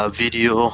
video